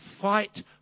fight